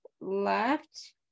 left